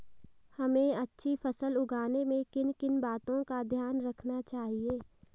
हमें अच्छी फसल उगाने में किन किन बातों का ध्यान रखना चाहिए?